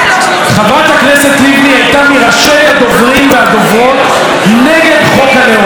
חברת הכנסת לבני הייתה מראשי הדוברים והדוברות נגד חוק הלאום,